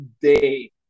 day